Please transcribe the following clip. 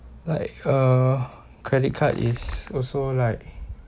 like uh credit card is also like